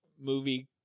movie